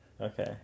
Okay